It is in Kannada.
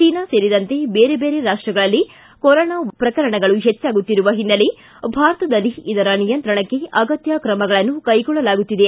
ಚೀನಾ ಸೇರಿದಂತೆ ಬೇರೆ ಬೇರೆ ರಾಷ್ಟಗಳಲ್ಲಿ ಕೊರೋನಾ ಪ್ರಕರಣಗಳು ಹೆಚ್ಚಾಗುತ್ತಿರುವ ಹಿನ್ನೆಲೆ ಭಾರತದಲ್ಲಿ ಇದರ ನಿಯಂತ್ರಣಕ್ಕೆ ಅಗತ್ಯ ತ್ರಮಗಳನ್ನು ಕೈಗೊಳ್ಳಲಾಗುತ್ತಿದೆ